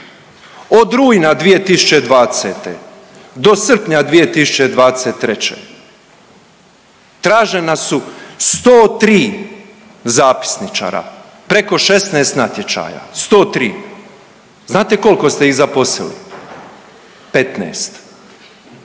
Od rujna 2020. do srpnja 2023. tražena su 103 zapisničara, preko 16 natječaja, 103. Znate koliko ste ih zaposlili 15,